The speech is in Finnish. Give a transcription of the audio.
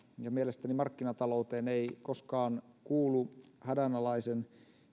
ja mielestäni markkinatalouteen ei koskaan kuulu hädänalaisen